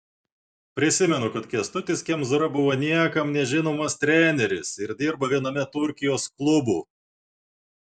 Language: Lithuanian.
prisimenu kad kęstutis kemzūra buvo niekam nežinomas treneris ir dirbo viename turkijos klubų